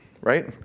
Right